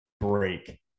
break